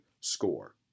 SCORE